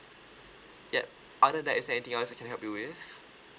yup other that is anything else I can help you with